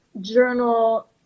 journal